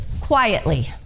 quietly